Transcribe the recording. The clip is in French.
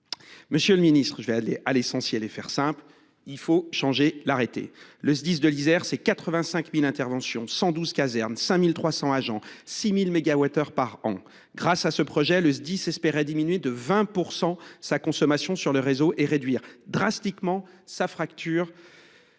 Monsieur le ministre, je vais aller à l’essentiel et faire simple : il faut changer l’arrêté. Le Sdis de l’Isère, c’est 85 000 interventions, 112 casernes, 5 300 agents, 6 000 mégawattheures par an. Grâce à ce projet, ce Sdis espérait diminuer de 20 % sa consommation sur le réseau, réduire sa facture